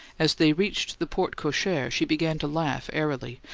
as they reached the porte-cochere she began to laugh airily,